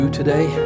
today